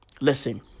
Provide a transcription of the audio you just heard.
Listen